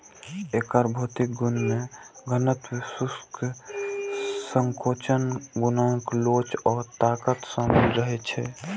एकर भौतिक गुण मे घनत्व, शुष्क संकोचन गुणांक लोच आ ताकत शामिल रहै छै